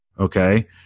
Okay